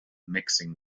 mixing